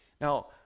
Now